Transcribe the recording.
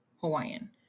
Hawaiian